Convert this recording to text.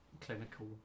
clinical